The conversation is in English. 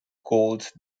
goals